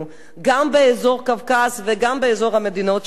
גם באזור קווקז וגם באזור המדינות שסביב קווקז,